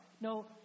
No